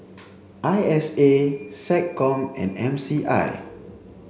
I S A SecCom and M C I